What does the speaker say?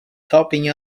topping